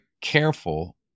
careful